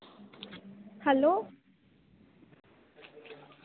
hello